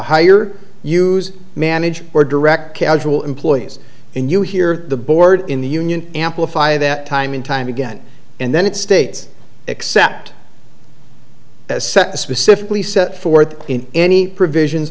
hire use manager or direct casual employees and you hear the board in the union amplify that time and time again and then it states except as specifically set forth in any provision